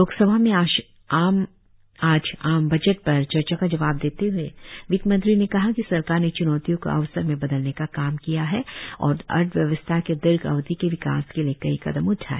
लोकसभा में आज आम बजट पर चर्चा का जवाब देते हए वित्त मंत्री ने कहा कि सरकार ने च्नौतियों को अवसर में बदलने का काम किया और अर्थव्यवस्था के दीर्घ अवधि के विकास के लिए कई कदम उठाए